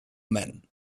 men